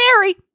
Mary